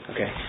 Okay